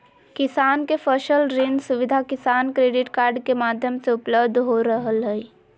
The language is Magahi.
किसान के फसल ऋण सुविधा किसान क्रेडिट कार्ड के माध्यम से उपलब्ध हो रहल हई